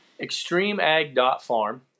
Extremeag.farm